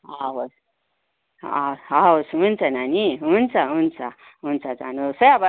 हवस् हव हवस् हुन्छ नानी हुन्छ हुन्छ हुन्छ जानु होस् है अब